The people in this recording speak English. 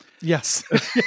Yes